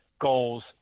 goals